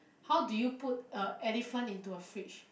how do you put a elephant in to a fridge